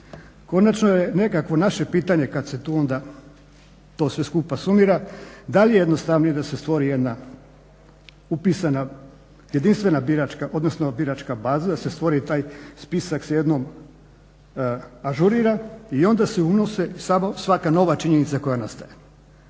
Konačno je nekakvo naše pitanje kad se tu onda to sve skupa sumira da li je jednostavnije da se stvori jedna upisana jedinstvena biračka, odnosno biračka baza, da se stvori taj spisak se jednom ažurira i onda se unose samo svaka nova činjenica koja nastaje.